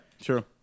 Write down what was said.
True